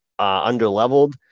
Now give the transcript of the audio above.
underleveled